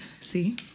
See